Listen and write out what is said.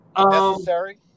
necessary